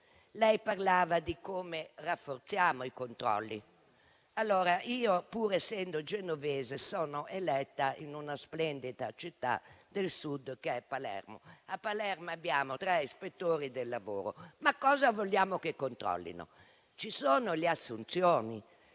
Lei ha parlato di come rafforzare i controlli. Io, pur essendo genovese, sono stata eletta in una splendida città del Sud, Palermo. A Palermo abbiamo tre ispettori del lavoro: che cosa vogliamo che controllino? Ci sono le assunzioni?